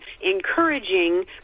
encouraging